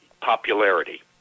popularity